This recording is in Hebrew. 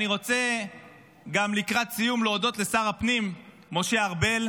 אני רוצה לקראת סיום להודות לשר הפנים משה ארבל,